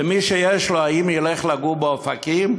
ומי שיש לו, האם ילך לגור באופקים?